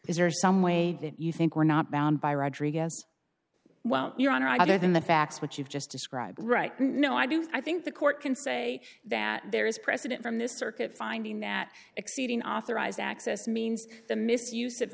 is there some way that you think we're not bound by rodriguez well your honor i did in the facts what you've just described right no i do i think the court can say that there is precedent from this circuit finding that exceeding authorized access means the misuse of